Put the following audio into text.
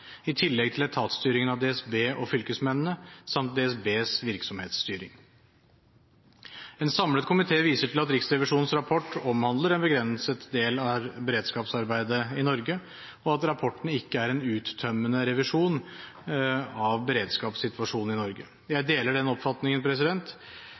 i tillegg til etatsstyringen av DSB og fylkesmennene samt DSBs virksomhetsstyring. En samlet komité viser til at Riksrevisjonens rapport omhandler en begrenset del av beredskapsarbeidet i Norge, og at rapporten ikke er en uttømmende revisjon av beredskapssituasjonen i Norge. Jeg deler den oppfatningen